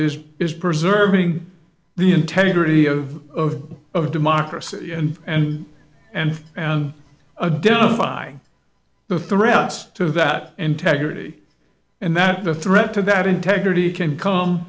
is is preserving the integrity of of democracy and and a debt of by the threats to that integrity and that the threat to that integrity can come